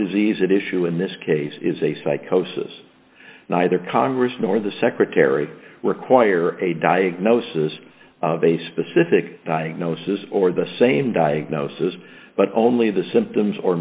disease it issue in this case is a psychosis neither congress nor the secretary require a diagnosis of a specific diagnosis or the same diagnosis but only the symptoms or